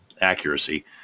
accuracy